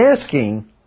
asking